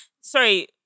Sorry